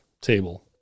table